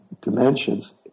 dimensions